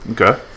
Okay